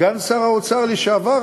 סגן שר האוצר לשעבר,